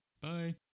Bye